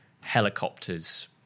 helicopters